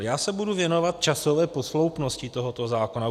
Já se budu věnovat časové posloupnosti tohoto zákona.